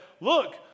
Look